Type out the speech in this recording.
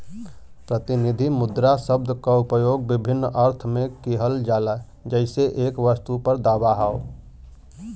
प्रतिनिधि मुद्रा शब्द क उपयोग विभिन्न अर्थ में किहल जाला जइसे एक वस्तु पर दावा हौ